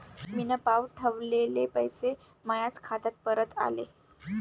मीन पावठवलेले पैसे मायाच खात्यात परत आले